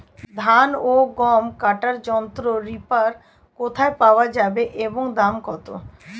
ধান ও গম কাটার যন্ত্র রিপার কোথায় পাওয়া যাবে এবং দাম কত?